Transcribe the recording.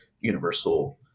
universal